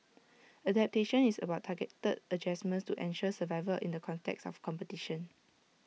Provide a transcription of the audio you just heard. adaptation is about targeted adjustments to ensure survival in the context of competition